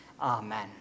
amen